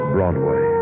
Broadway